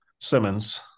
Simmons